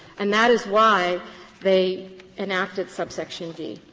and that is why they enacted subsection d.